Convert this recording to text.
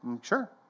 Sure